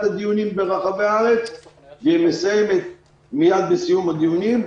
הדיונים ברחבי הארץ ומסיימת מיד בסיום הדיונים,